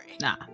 nah